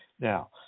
Now